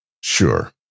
Sure